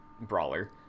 brawler